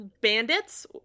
Bandits